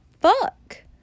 fuck